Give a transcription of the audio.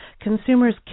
Consumers